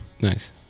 Nice